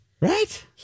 Right